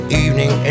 evening